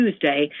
Tuesday